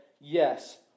yes